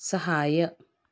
ಸಹಾಯ